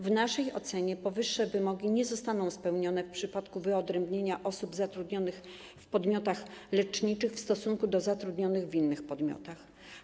W naszej ocenie powyższe wymogi nie zostaną spełnione w przypadku wyodrębnienia osób zatrudnionych w podmiotach leczniczych w stosunku do zatrudnionych w innych podmiotach.